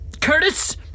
Curtis